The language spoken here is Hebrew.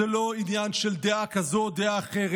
זה לא עניין של דעה כזו או דעה אחרת.